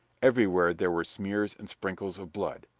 everywhere there were smears and sprinkles of blood.